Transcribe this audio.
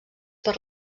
per